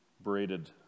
braided